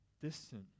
distant